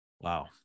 Wow